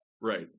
Right